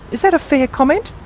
is that a fair comment?